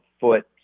foot